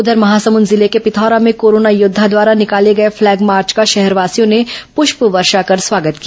उधर महासमुंद जिले के पिथौरा में कोरोना योद्वा द्वारा निकाले गए फ्लैग मार्च का शहरवासियों ने पुष्प वर्षा कर स्वागत किया